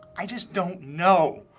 i just don't know.